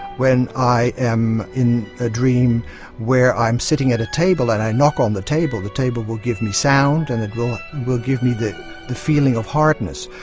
when i am in a dream where i'm sitting at a table and i knock on the table, the table will give me sound and it will will give me the the feeling of hardness.